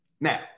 Now